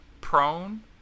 prone